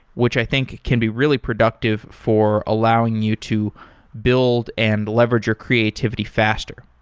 which i think can be really productive for allowing you to build and leverage your creativity faster.